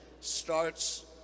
starts